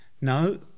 No